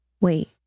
Wait